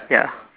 ya